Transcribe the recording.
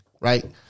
right